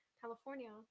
California